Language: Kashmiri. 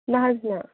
نہَ حظ نہَ